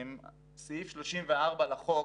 סעיף 34 לחוק